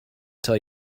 tell